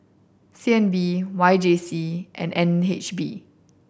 C N B Y J C and N H B